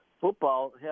football